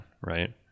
right